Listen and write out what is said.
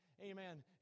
Amen